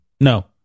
no